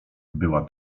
była